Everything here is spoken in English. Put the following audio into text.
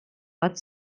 but